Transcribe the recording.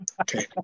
Okay